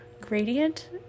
gradient